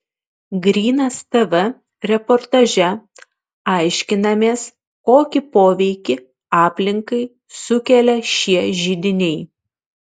grynas tv reportaže aiškinamės kokį poveikį aplinkai sukelia šie židiniai